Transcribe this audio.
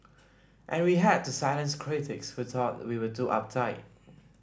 and we had to silence critics who thought we were too uptight